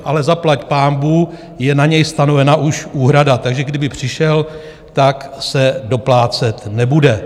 Ale zaplaťpánbůh je na něj stanovena už úhrada, takže kdyby přišel, tak se doplácet nebude.